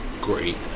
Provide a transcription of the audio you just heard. great